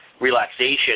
relaxation